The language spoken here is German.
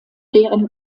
deren